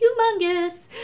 humongous